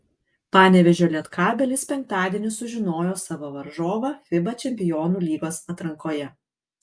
panevėžio lietkabelis penktadienį sužinojo savo varžovą fiba čempionų lygos atrankoje